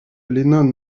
lennon